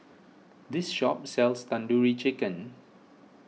this shop sells Tandoori Chicken